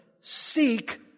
seek